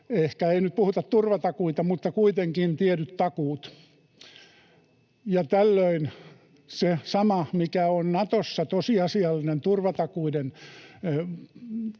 ehkä ei nyt puhuta turvatakuista, mutta kuitenkin. Tällöin se sama, mikä on Natossa tosiasiallinen turvatakuiden